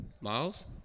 Miles